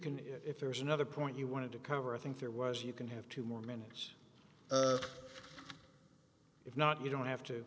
can if there was another point you wanted to cover i think there was you can have two more manage if not you don't have to